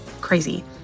crazy